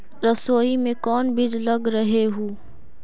सरसोई मे कोन बीज लग रहेउ?